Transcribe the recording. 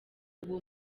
uwo